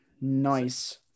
Nice